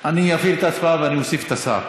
אני אפעיל את ההצבעה ואני אוסיף את ההצבעה,